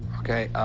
ok,